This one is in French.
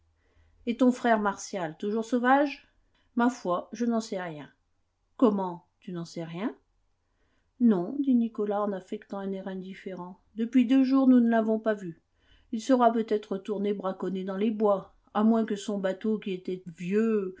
et ton frère martial toujours sauvage ma foi je n'en sais rien comment tu n'en sais rien non dit nicolas en affectant un air indifférent depuis deux jours nous ne l'avons pas vu il sera peut-être retourné braconner dans les bois à moins que son bateau qui était vieux